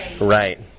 Right